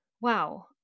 wow